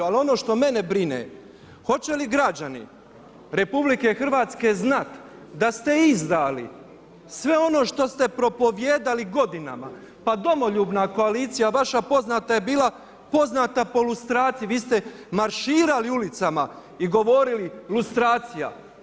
Ali ono što mene brine hoće li građani RH znat da ste izdali sve ono što ste propovijedali godinama, pa domoljubna koalicija vaša poznata je bila poznata po lustraciji, vi ste marširali ulicama i govorili lustracija.